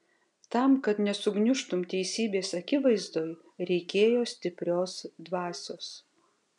tam kad nesugniužtum teisybės akivaizdoj reikėjo stiprios dvasios